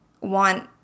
want